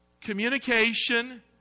communication